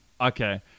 Okay